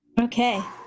Okay